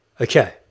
okay